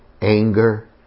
anger